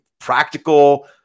practical